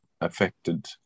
affected